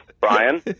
Brian